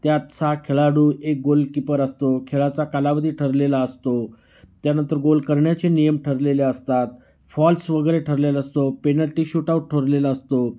त्यात सहा खेळाडू एक गोलकिपर असतो खेळाचा कालावधी ठरलेला असतो त्यानंतर गोल करण्याचे नियम ठरलेले असतात फॉल्स वगैरे ठरलेला असतो पेनल्टी शूटआउट ठरलेला असतो